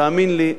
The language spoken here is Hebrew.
תאמין לי,